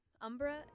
Umbra